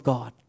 God